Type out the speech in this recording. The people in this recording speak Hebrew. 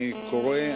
אני קורא,